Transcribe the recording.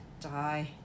die